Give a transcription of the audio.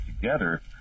together